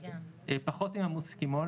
פחות עם המוסקימול,